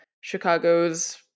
Chicago's